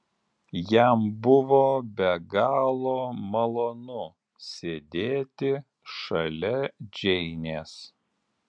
jam buvo be galo malonu sėdėti šalia džeinės